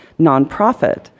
nonprofit